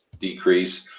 decrease